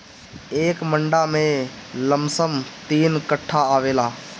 एक मंडा में लमसम तीन कट्ठा आवेला